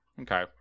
Okay